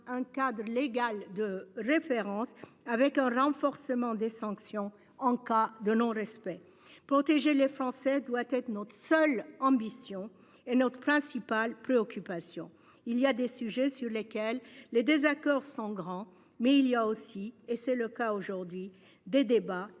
un cadre légal de référence, avec un renforcement des sanctions en cas de non-respect protéger les Français doit être notre seule ambition est notre principale préoccupation, il y a des sujets sur lesquels les désaccords sans grand mais il y a aussi et c'est le cas aujourd'hui des débats